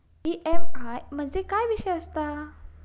EMI म्हणजे काय विषय आसता?